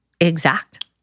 exact